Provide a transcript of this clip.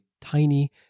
tiny